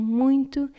muito